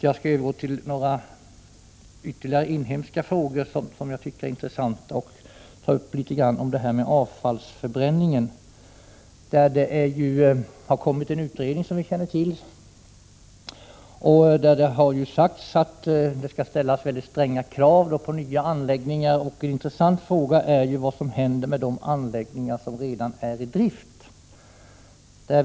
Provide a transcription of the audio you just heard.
Jag skall övergå till några inhemska frågor som jag tycker är intressanta. När det gäller avfallsförbränning har det kommit en utredning, vari sägs att det skall ställas stränga krav på nya anläggningar. En intressant fråga är då vad som händer med de anläggningar som redan är i drift.